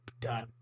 Done